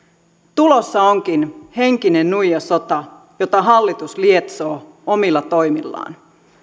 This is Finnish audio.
tulossa onkin henkinen nuijasota jota hallitus lietsoo omilla toimillaan